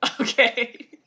okay